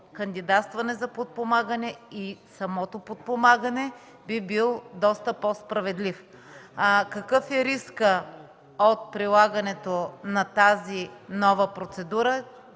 кандидатстване за подпомагане и самото подпомагане би бил доста по-справедлив. Какъв е рискът от прилагането на тази нова процедура